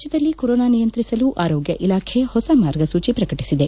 ರಾಜ್ಯದಲ್ಲಿ ಕೊರೋನಾ ನಿಯಂತ್ರಿಸಲು ಆರೋಗ್ಯ ಇಲಾಖೆ ಹೊಸ ಮಾರ್ಗಸೂಚಿ ಪ್ರಕಟಿಸಿದೆ